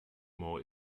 more